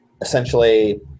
Essentially